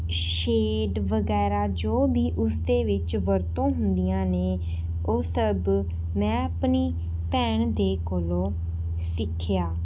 shade ਵਗੈਰਾ ਜੋ ਵੀ ਉਸਦੇ ਵਿੱਚ ਵਰਤੋਂ ਹੁੰਦੀਆਂ ਨੇ ਉਹ ਸਭ ਮੈਂ ਆਪਣੀ ਭੈਣ ਦੇ ਕੋਲ ਸਿੱਖਿਆ